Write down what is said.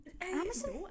Amazon